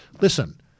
listen